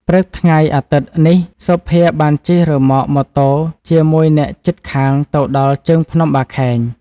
ព្រឹកថ្ងៃអាទិត្យនេះ សុភាបានជិះរឺម៉កម៉ូតូជាមួយអ្នកជិតខាងទៅដល់ ជើងភ្នំបាខែង ។